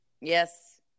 Yes